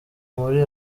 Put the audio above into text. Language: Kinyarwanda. muri